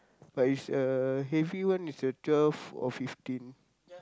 but it's a heavy one is a twelve or fifteen